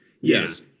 Yes